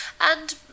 and